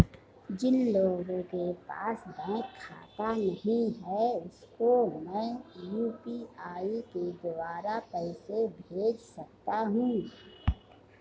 जिन लोगों के पास बैंक खाता नहीं है उसको मैं यू.पी.आई के द्वारा पैसे भेज सकता हूं?